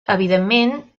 evidentment